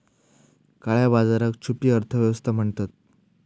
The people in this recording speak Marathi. काळया बाजाराक छुपी अर्थ व्यवस्था म्हणतत